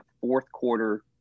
fourth-quarter